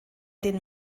den